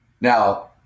Now